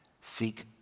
seek